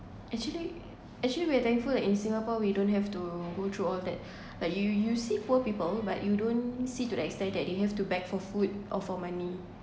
actually actually we're thankful that in singapore we don't have to go through all that like you you see poor people but you don't see to the extent that you have to beg for food or for money